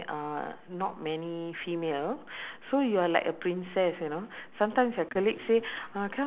because he sleeps in the bus eh in the train he sleeps in the train and he overshot